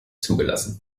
zugelassen